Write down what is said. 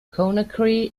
conakry